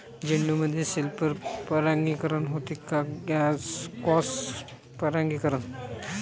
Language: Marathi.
झेंडूमंदी सेल्फ परागीकरन होते का क्रॉस परागीकरन?